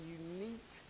unique